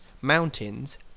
mountains